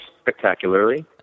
spectacularly